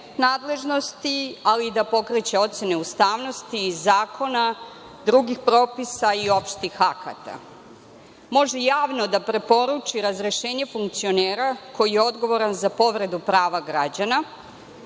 ali i da pokreće ocene ustavnosti zakona i drugih propisa i opštih akata. Može javno da preporuči razrešenje funkcionera koji je odgovoran za povredu prava građana.